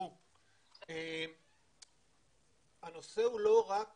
הוא לא רק